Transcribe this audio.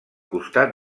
costat